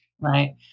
right